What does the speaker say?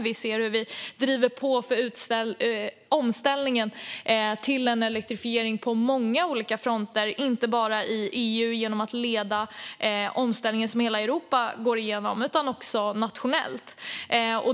Vi ser hur Sverige driver på för omställningen till elektrifiering på många fronter, inte bara i EU genom att leda den omställning som hela Europa går igenom utan också nationellt.